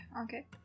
Okay